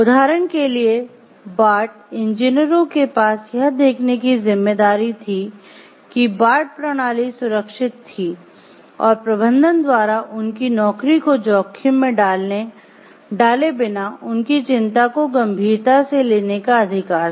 उदाहरण के लिए बार्ट इंजीनियरों के पास यह देखने की जिम्मेदारी थी कि बार्ट प्रणाली सुरक्षित थी और प्रबंधन द्वारा उनकी नौकरी को जोखिम में डाले बिना उनकी चिंता को गंभीरता से लेने का अधिकार था